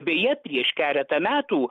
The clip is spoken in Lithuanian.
beje prieš keletą metų